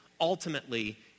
ultimately